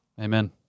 Amen